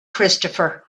christopher